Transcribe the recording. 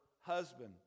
husband